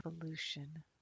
evolution